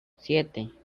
siete